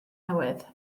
newydd